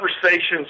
conversations